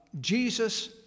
Jesus